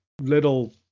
little